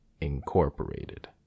Incorporated